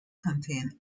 contain